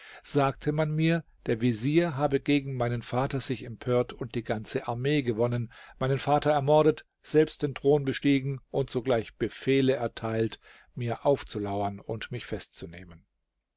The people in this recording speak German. sagte man mir der vezier habe gegen meinen vater sich empört und die ganze armee gewonnen meinen vater ermordet selbst den thron bestiegen und sogleich befehle erteilt mir aufzulauern und mich festzunehmen